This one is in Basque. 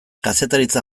kazetaritza